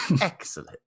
Excellent